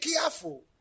careful